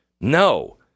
No